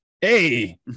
Hey